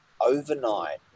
overnight